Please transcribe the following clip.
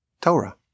Torah